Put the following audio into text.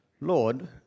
Lord